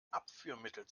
abführmittel